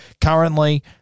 Currently